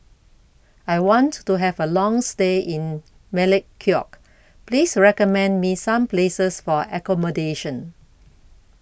I want to Have A Long stay in Melekeok Please recommend Me Some Places For accommodation